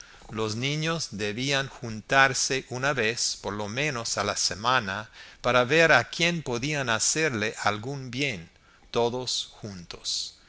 los niños debían juntarse una vez por lo menos a la semana para ver a quien podían hacerle algún bien todos juntos